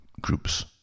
groups